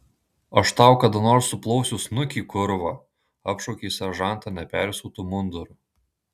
aš tau kada nors suplosiu snukį kurva apšaukė seržantą nepersiūtu munduru